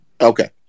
Okay